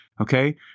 Okay